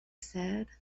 said